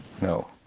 no